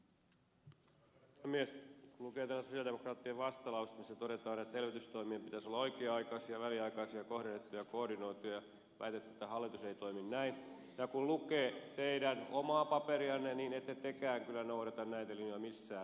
kun lukee tätä sosialidemokraattien vastalausetta missä todetaan että elvytystoimien pitäisi olla oikea aikaisia väliaikaisia kohdennettuja ja koordinoituja väitätte että hallitus ei toimi näin ja kun lukee teidän omaa paperianne niin ette tekään kyllä noudata näitä linjoja missään määrin